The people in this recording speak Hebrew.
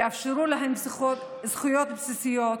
תאפשרו להן זכויות בסיסיות,